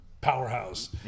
powerhouse